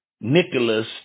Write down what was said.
Nicholas